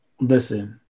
Listen